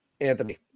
Anthony